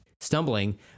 stumbling